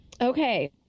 Okay